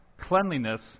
cleanliness